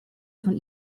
von